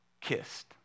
Kissed